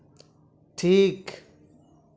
ᱴᱷᱤᱠ